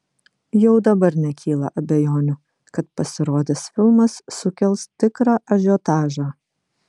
jau dabar nekyla abejonių kad pasirodęs filmas sukels tikrą ažiotažą